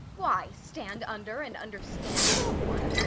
why, stand-under and under-stand is all one.